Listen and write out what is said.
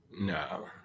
no